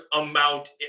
amount